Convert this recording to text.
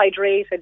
hydrated